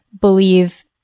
believe